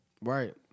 right